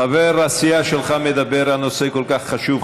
חבר הסיעה שלך מדבר על נושא כל כך חשוב.